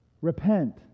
Repent